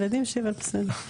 אותי.